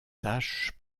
tâche